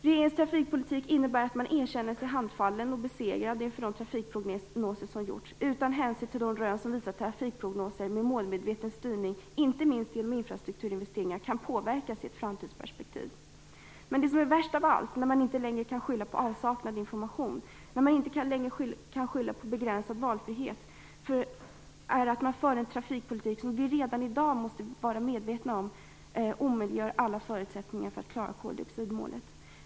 Denna politik visar på att regeringen känner sig handfallen inför och besegrad av de trafikprognoser som gjorts. Den tar inte hänsyn till de rön som visar att trafiken med målmedveten styrning, inte minst genom infrastrukturinvesteringar, kan påverkas i ett framtidsperspektiv. Det värsta av allt är att när regeringen inte längre kan skylla på avsaknad av information eller på begränsad valfrihet för en trafikpolitik som man redan i dag måste vara medveten om omöjliggörs alla förutsättningar för att klara koldioxidmålet.